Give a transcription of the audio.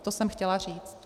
To jsem chtěla říct.